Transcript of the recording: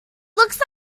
looks